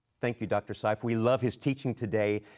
thank you dr. seif we love his teaching today,